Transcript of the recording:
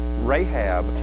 Rahab